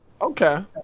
Okay